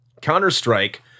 Counter-Strike